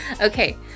Okay